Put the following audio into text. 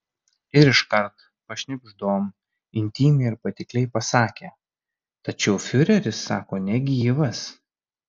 ir iškart pašnibždom intymiai ir patikliai pasakė tačiau fiureris sako negyvas